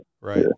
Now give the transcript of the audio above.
Right